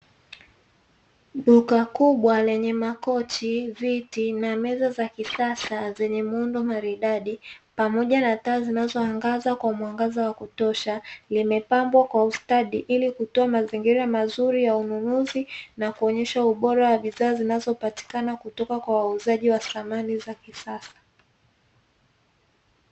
Duka kubwa lenye makochi, viti na meza za kisasa zenye muundo maridadi, pamoja na taa zinazoangaza kwa mwangaza wa kutosha, limepambwa kwa ustadi ili kutoa mazingira mazuri ya ununuzi na kuonyesha ubora wa bidhaa zinazopatikana kutoka kwa wauzaji wa samani za kisasa.